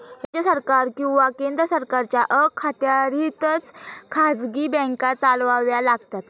राज्य सरकार किंवा केंद्र सरकारच्या अखत्यारीतच खाजगी बँका चालवाव्या लागतात